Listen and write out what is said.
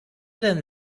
than